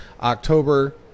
October